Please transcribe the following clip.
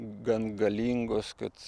gan galingos kad